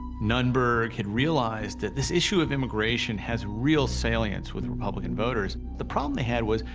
nunberg had realized that this issue of immigration has real salience with republican voters. the problem they had was,